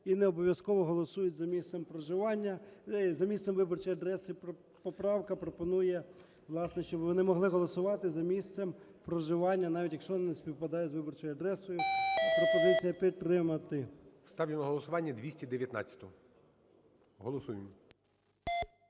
і не обов'язково голосують за місцем проживання… за місцем виборчої адреси. Поправка пропонує, власне, щоб вони могли голосувати за місцем проживання, навіть якщо не співпадає за виборчою адресою. Пропозиція підтримати. ГОЛОВУЮЧИЙ. Ставлю на голосування 219-у. Голосуємо.